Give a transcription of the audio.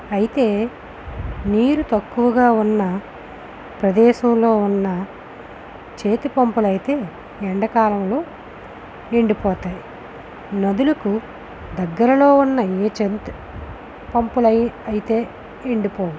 అయితే నీరు తక్కువగా ఉన్న ప్రదేశంలో ఉన్న చేతి పంపులయితే ఎండ కాలంలో ఎండిపోతాయి నదులకు దగ్గరలో ఉన్న ఏ చంతు పంపుల అయితే ఎండిపోవు